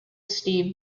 steve